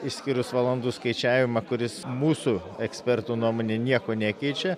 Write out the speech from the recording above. išskyrus valandų skaičiavimą kuris mūsų ekspertų nuomone nieko nekeičia